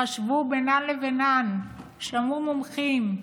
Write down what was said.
חשבו בינן לבינן, שמעו מומחים,